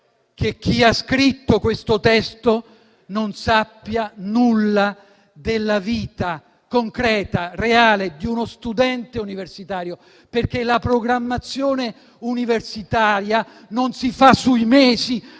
che chi ha scritto questo testo non sappia nulla della vita concreta e reale di uno studente universitario, perché la programmazione universitaria non si fa sui mesi,